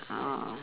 oh